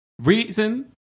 Reason